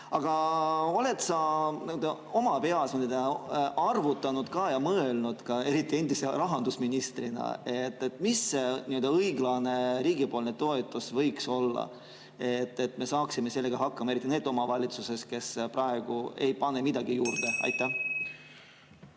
Aga oled sa oma peas seda arvutanud ka ja mõelnud, eriti endise rahandusministrina, kui suur nii-öelda õiglane riigipoolne toetus võiks olla, et me saaksime sellega hakkama, eriti need omavalitsused, kes praegu ei pane midagi juurde? Aitäh,